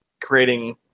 creating